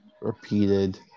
repeated